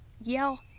yell